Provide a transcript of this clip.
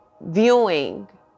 viewing